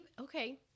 Okay